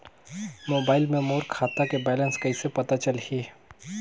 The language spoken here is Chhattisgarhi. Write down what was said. मोबाइल मे मोर खाता के बैलेंस कइसे पता चलही?